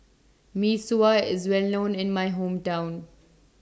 Mee Sua IS Well known in My Hometown